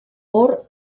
hor